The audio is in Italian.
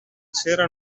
cera